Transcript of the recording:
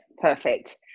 perfect